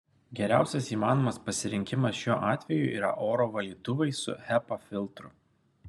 geriausias įmanomas pasirinkimas šiuo atveju yra oro valytuvai su hepa filtru